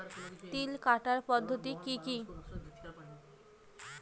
তিল কাটার পদ্ধতি কি কি?